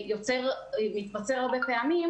יוצא הרבה פעמים